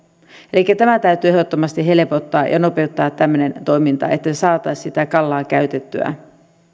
tämmöistä toimintaa täytyy ehdottomasti helpottaa ja nopeuttaa että saataisiin sitä kalaa käytettyä